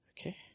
Okay